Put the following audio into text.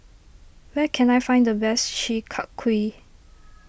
where can I find the best Chi Kak Kuih